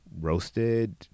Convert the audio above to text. roasted